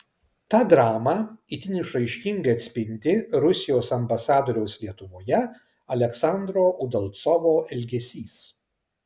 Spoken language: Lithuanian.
tą dramą itin išraiškingai atspindi rusijos ambasadoriaus lietuvoje aleksandro udalcovo elgesys